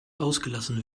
ausgelassen